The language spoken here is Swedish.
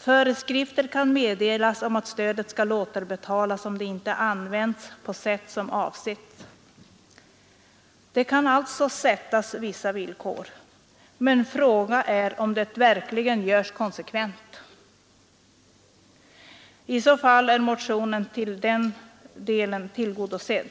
Föreskrifter kan meddelas om att stödet skall återbetalas om det inte används på ett sätt som är avsett.” Det kan alltså ställas vissa villkor, men frågan är om det verkligen görs konsekvent. I så fall är motionen i den delen tillgodosedd.